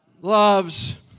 loves